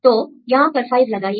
तो यहां पर 5 लगाइए